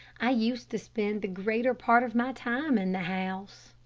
i used to spend the greater part of my time in the house.